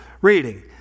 reading